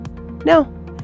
no